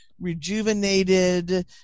rejuvenated